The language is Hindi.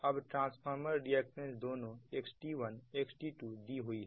अब ट्रांसफार्मर रिएक्टेंस दोनों XT1 XT2 दी हुई है